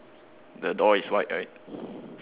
the door is white right